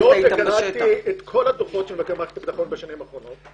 היות וקראתי את כל דוחות מבקר מערכת הביטחון בשנים האחרונות,